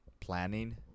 planning